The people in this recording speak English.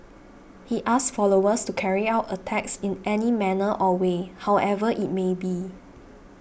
he asked followers to carry out attacks in any manner or way however it may be